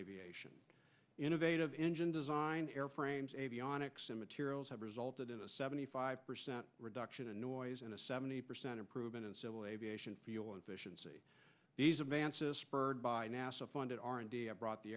aviation innovative engine design airframes avionics and materials have resulted in a seventy five percent reduction in noise and a seventy percent improvement in civil aviation fuel efficiency these advances spurred by nasa funded r and d brought the